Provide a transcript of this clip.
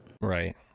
Right